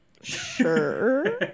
Sure